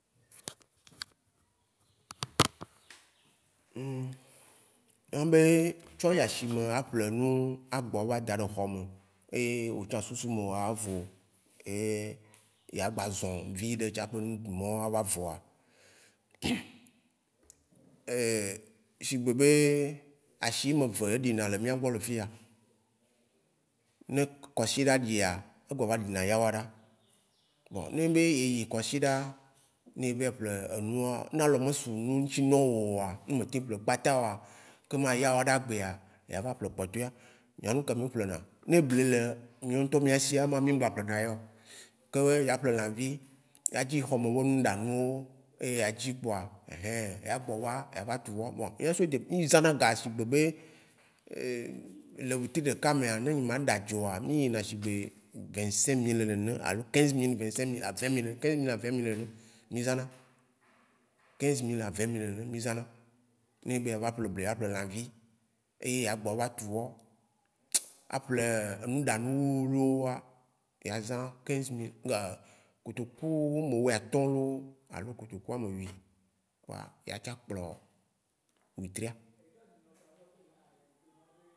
ne wó be le asi me aƒle nuwo, a gbɔ, ava da ɖe xɔme, eye woatsã susu wò me wòa vɔ, eye yea gba zɔ̃ viɖe tsaƒe nuɖuɖu ma wóava vɔa, shigbe be, ashi ame eve ye ɖina le míawo mía gbɔ le fiya. Ne kɔsiɖa ɖia, egba va ɖina yawoɖa. Bon, ne enyi be eyi kɔsiɖaa, ne evayi ƒle enua, ne alɔ me su nua wó ŋutsi ne wò oa, ne me te ƒle kpata oa, kema Yawoɖagbea, yea va ƒle kpɔtɔea. ne ebli le míawo ŋutɔ mía sia, mí me gba ƒle na yea oo. Ke la aƒle lãvi, yea dzi xɔme be nuɖa nuwó. Eye adzi kpoa, ɛhɛ, yea gbɔ va, yea va tu wɔ. Vɔa zã na ga shigbe be le ɣleti ɖeka mea, ne nye ma aɖa adze oa, mí yi na shigbe vingt cinq mille nene. Alo quinze mille, vingt cinq mille, alo vingt mille nene, quinze mille a vingt mille nene mí zã na. Quinze mille a vingt mille nene mí zã na. Ne ebe yeava ƒle bli, aƒle lãvi, eye agbɔ ava tu wɔ, aƒle ŋu ɖanu wuwlui wóa, eya zã quinze mille kotoku ame wui atɔ loo, alo kotoku ame wui. Kpoa yea tsɔ akplɔ ɣletria.